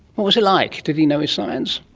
what was it like? did he know his science?